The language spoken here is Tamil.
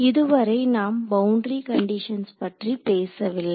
இதுவரை நாம் பவுன்டரி கண்டிஷன்ஸ் பற்றி பேசவில்லை